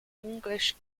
english